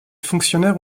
fonctionnaires